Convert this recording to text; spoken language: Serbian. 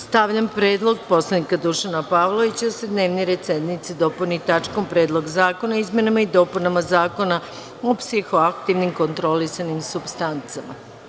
Stavljam na glasanje predlog Dušana Pavlovića da se dnevni red sednice dopuni tačkom – Predlog zakona o izmenama i dopunama Zakona o psihoaktivnim kontrolisanim supstancama.